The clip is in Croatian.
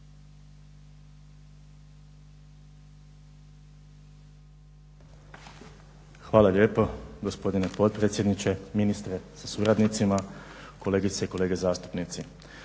hvala lijepo. Gospodine potpredsjedniče, ministre sa suradnicima, kolegice i kolege zastupnici.